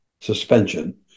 suspension